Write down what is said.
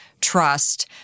trust